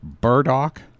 burdock